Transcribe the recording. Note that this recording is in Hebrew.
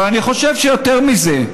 אבל אני חושב שיותר מזה,